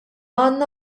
għandna